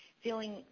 feeling